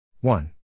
one